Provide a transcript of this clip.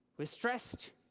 we're stressed,